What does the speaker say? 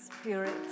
Spirit